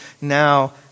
now